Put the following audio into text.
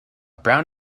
brown